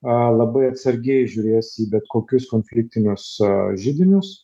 labai atsargiai žiūrės į bet kokius konfliktinius židinius